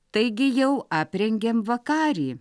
taigi jau aprengėm vakarį